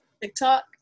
TikTok